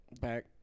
back